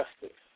justice